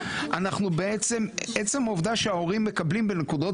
אנחנו בעצם עצם העובדה שההורים מקבלים בנקודות